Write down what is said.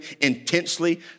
intensely